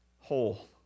whole